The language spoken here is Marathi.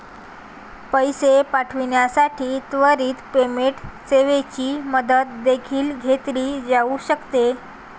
पैसे पाठविण्यासाठी त्वरित पेमेंट सेवेची मदत देखील घेतली जाऊ शकते